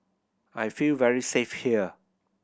I feel very safe here